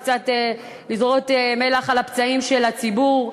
זה קצת לזרות מלח על הפצעים של הציבור,